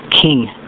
King